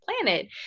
planet